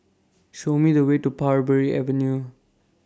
Show Me The Way to Parbury Avenue